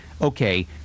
okay